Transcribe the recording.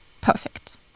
perfect